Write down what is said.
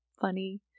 funny